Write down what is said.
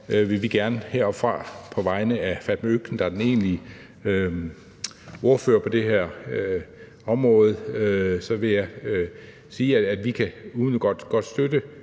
sige heroppefra på vegne af fru Fatma Øktem, der er den egentlige ordfører på det her område, at vi umiddelbart godt kan støtte